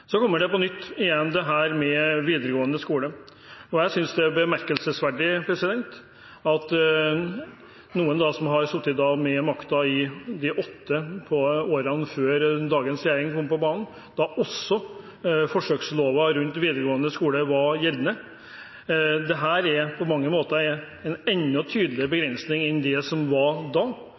Så kommer det opp på nytt igjen dette med videregående skole. Jeg synes det er bemerkelsesverdig – fra noen som satt med makten i de åtte årene før dagens regjering kom på banen, også da forsøksloven knyttet til videregående skole var gjeldende. Det som ligger i teksten her, er på mange måter en enda tydeligere begrensning enn det som var gjeldende da.